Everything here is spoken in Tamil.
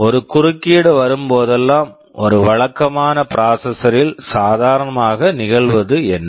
ஒரு குறுக்கீடு வரும்போதெல்லாம் ஒரு வழக்கமான ப்ராசஸர் processor ல் சாதாரணமாக நிகழ்வது என்ன